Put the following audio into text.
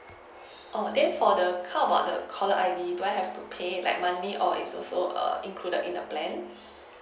oh then for the how about the caller I_D do I have to pay like monthly or it's also err include in the plan